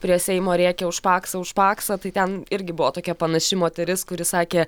prie seimo rėkia už paksą už paksą tai ten irgi buvo tokia panaši moteris kuri sakė